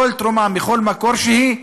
כל תרומה מכל מקור שהוא,